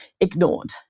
ignored